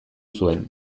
zuen